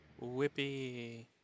whippy